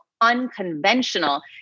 unconventional